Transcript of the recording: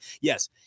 yes